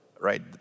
right